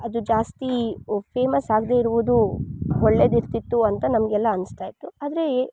ಅದು ಜಾಸ್ತಿ ಪೇಮಸ್ ಆಗದೆ ಇರುವುದು ಒಳ್ಳೆದಿರುತಿತ್ತು ಅಂತ ನಮಗೆಲ್ಲ ಅನಿಸ್ತಾಯಿತ್ತು ಆದರೆ ಎ